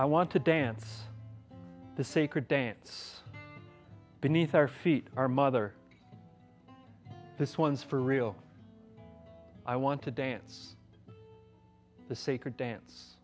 i want to dance the sacred dance beneath our feet our mother this one's for real i want to dance the sacred dance